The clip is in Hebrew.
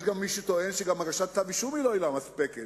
יש מי שטוען שגם הגשת כתב אישום היא לא עילה מספקת,